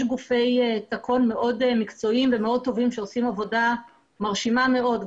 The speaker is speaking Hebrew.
יש גופי תקון מאוד מקצועיים ומאוד טובים שעושים עבודה מרשימה מאוד,